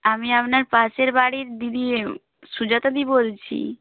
আমি আপনার পাশের বাড়ির দিদি সুজাতাদি বলছি